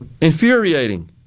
infuriating